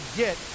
get